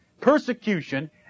persecution